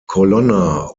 colonna